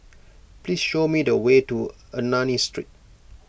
please show me the way to Ernani Street